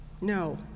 No